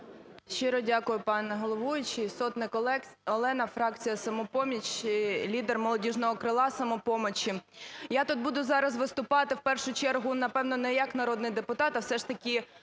Щиро дякую, пане головуючий. Сотник Олена, фракція "Самопоміч", лідер молодіжного крила "Самопомочі". Я тут буду зараз виступати в першу чергу, напевно, не як народний депутат, а все ж таки